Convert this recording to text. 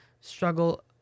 struggle